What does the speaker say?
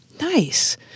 nice